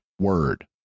word